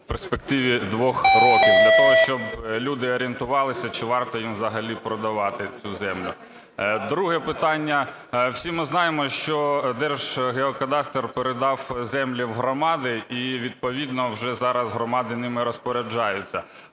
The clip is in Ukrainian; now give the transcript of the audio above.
у перспективі двох років? Для того, щоб люди орієнтувалися чи варто їм взагалі продавати цю землю. Друге питання. Всі ми знаємо, що Держгеокадастр передав землі в громади, і відповідно вже зараз громади ними розпоряджаються.